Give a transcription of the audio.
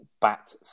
bat